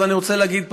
ואני רוצה להגיד,